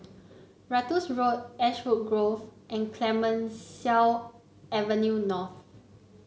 Ratus Road Ashwood Grove and Clemenceau Avenue North